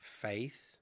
faith